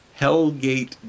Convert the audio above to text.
Hellgate